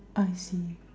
I see